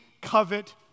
covet